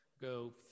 go